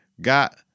Got